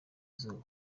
izuba